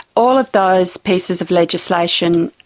all of those pieces of legislation,